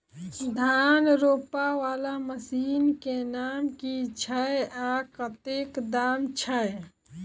धान रोपा वला मशीन केँ नाम की छैय आ कतेक दाम छैय?